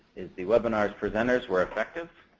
is the webinar's presenters were effective?